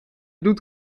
doet